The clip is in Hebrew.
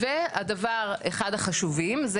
והדבר אחד החשובים,